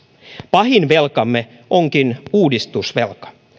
pahin velkamme onkin uudistusvelka